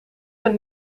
een